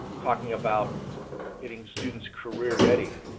talking about getting students career ready,